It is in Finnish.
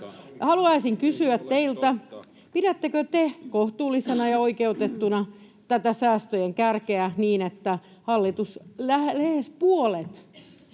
Haluaisin kysyä teiltä: pidättekö te kohtuullisena ja oikeutettuna tätä säästöjen kärkeä niin, että hallitus lähes puolet